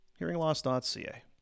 HearingLoss.ca